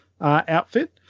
outfit